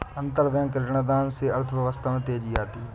अंतरबैंक ऋणदान से अर्थव्यवस्था में तेजी आती है